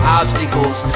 obstacles